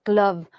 love